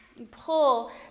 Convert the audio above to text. Pull